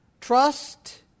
Trust